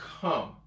come